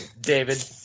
David